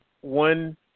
one